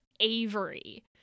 Avery